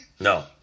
No